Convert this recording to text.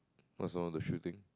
what's wrong the shooting